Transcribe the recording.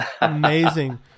Amazing